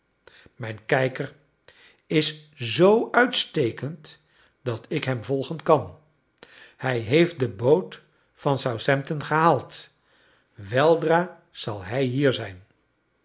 mijn kijker is zoo uitstekend dat ik hem volgen kan hij heeft de boot van southampton gehaald weldra zal hij hier zijn